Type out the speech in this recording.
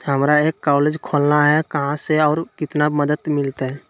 हमरा एक कॉलेज खोलना है, कहा से और कितना मदद मिलतैय?